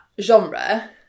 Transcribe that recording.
genre